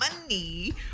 money